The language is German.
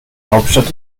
hauptstadt